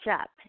up